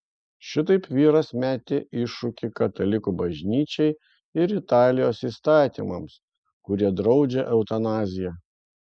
šitaip vyras metė iššūkį katalikų bažnyčiai ir italijos įstatymams kurie draudžia eutanaziją